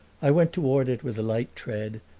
i went toward it with a light tread,